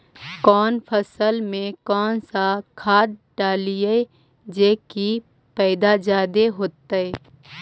कौन फसल मे कौन सा खाध डलियय जे की पैदा जादे होतय?